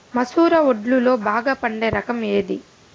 మసూర వడ్లులో బాగా పండే రకం ఏది?